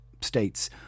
states